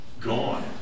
gone